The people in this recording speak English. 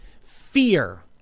fear